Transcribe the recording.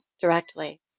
directly